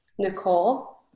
Nicole